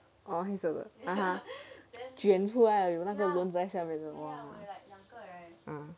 orh 那个黑色的卷出来那个轮子在下面对吗